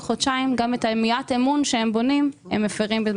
חודשיים גם את מעט האמון שהם בונים הם מפרים.